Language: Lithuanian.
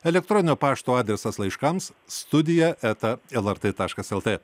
elektroninio pašto adresas laiškams studija eta lrt taškas lt